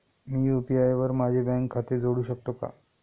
मी UPI वर माझे bank खाते जोडू शकतो का?